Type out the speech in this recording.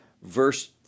verse